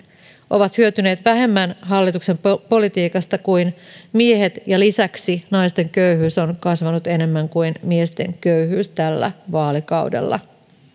ovat hyötyneet vähemmän hallituksen politiikasta kuin miehet ja lisäksi naisten köyhyys on kasvanut enemmän kuin miesten köyhyys tällä vaalikaudella